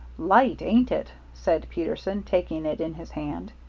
light, ain't it, said peterson, taking it in his hand.